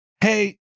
hey